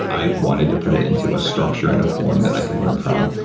i wanted to put it into a structure and a form that i could learn from,